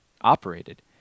operated